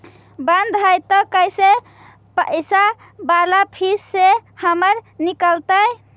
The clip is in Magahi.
बन्द हैं त कैसे पैसा बाला फिर से हमर निकलतय?